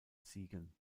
ziegen